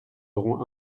aurons